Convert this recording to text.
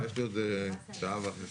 לא עכשיו, יש לי עוד שעה ו-40.